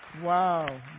Wow